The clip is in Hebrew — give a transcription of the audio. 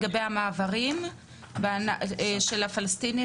אני אשמח שתיתני לנו סקירה לגבי המעברים של הפלסטינים